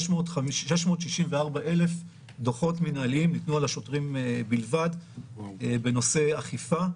664,160 דוחות מינהליים ניתנו על ידי השוטרים בלבד בנושא אכיפה,